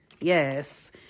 Yes